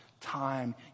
time